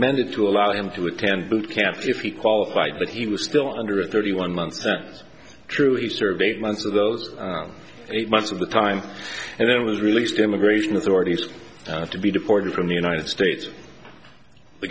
amended to allow him to attend boot camp if he qualified but he was still under thirty one months true he served eight months of those eight months of the time and then was released immigration authorities to be deported from the united states the